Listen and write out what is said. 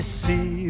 see